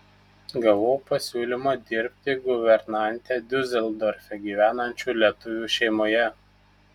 gavau pasiūlymą dirbti guvernante diuseldorfe gyvenančių lietuvių šeimoje